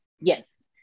Yes